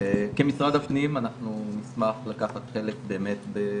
כמשרד הפנים אנחנו נשמח לקחת חלק באמת, בגיבוש,